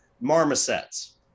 Marmosets